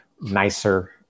nicer